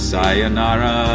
Sayonara